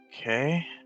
Okay